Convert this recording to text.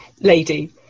lady